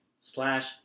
slash